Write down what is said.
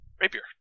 Rapier